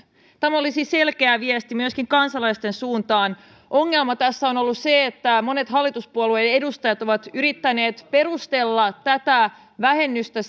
tämä olisi selkeä viesti myöskin kansalaisten suuntaan ongelma tässä on ollut se että monet hallituspuolueiden edustajat ovat yrittäneet perustella tätä vähennystä